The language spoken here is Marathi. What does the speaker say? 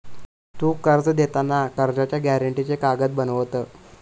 तु कर्ज देताना कर्जाच्या गॅरेंटीचे कागद बनवत?